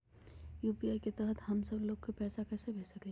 UPI के तहद हम सब लोग को पैसा भेज सकली ह?